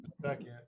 second